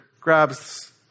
grabs